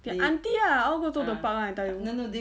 the auntie ah all go to the park [one] I tell you